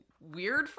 weird